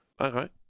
Okay